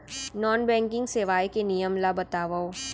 Non banking सेवाएं के नियम ला बतावव?